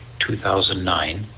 2009